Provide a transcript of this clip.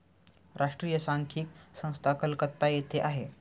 राष्ट्रीय सांख्यिकी संस्था कलकत्ता येथे आहे